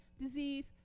disease